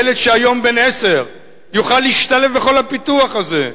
ילד שהיום בן עשר יוכל להשתלב בכל הפיתוח הזה,